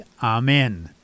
Amen